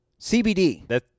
CBD